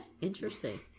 interesting